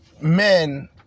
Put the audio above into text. men